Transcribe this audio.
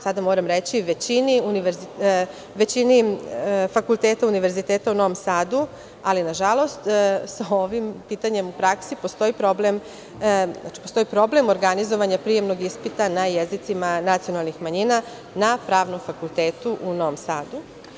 Sada moram reći, na većini fakulteta, univerziteta u Novom Sadu, ali nažalost, sa ovim pitanjem u praksi postoji problem organizovanja prijemnog ispita na jezicima nacionalnih manjina na Pravnom fakultetu u Novom Sadu.